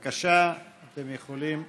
בבקשה, אתם יכולים להירשם.